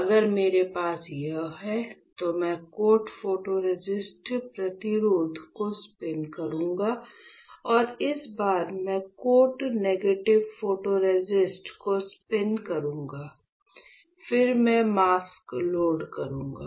अगर मेरे पास यह है तो मैं कोट फोटोरेसिस्ट प्रतिरोध को स्पिन करूंगा और इस बार मैं कोट नेगेटिव फोटोरेसिस्ट को स्पिन करूंगा फिर मैं मास्क लोड करूंगा